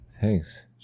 Thanks